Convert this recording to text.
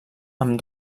amb